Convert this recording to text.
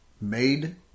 made